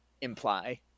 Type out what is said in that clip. imply